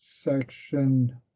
section